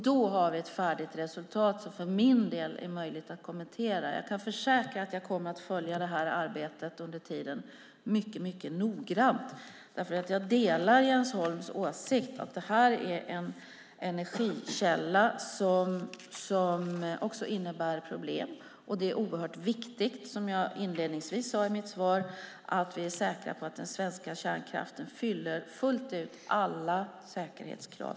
Då har vi ett färdigt resultat som för min del är möjligt att kommentera. Jag kan försäkra att jag mycket noga kommer att följa det här arbetet under tiden. Jag delar Jens Holms åsikt att det här är en energikälla som också innebär problem. Det är oerhört viktigt, som jag sade inledningsvis i mitt svar, att vi är säkra på att den svenska kärnkraften fullt ut uppfyller alla säkerhetskrav.